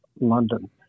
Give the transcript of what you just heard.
London